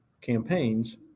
campaigns